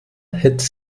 hätte